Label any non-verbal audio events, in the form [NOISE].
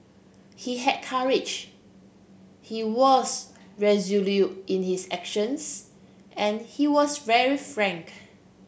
he had courage he was [UNINTELLIGIBLE] in his actions and he was very frank